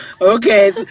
okay